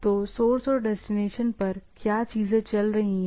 तो सोर्स और डेस्टिनेशन पर क्या चीजें चल रही हैं